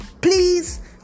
please